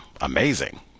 amazing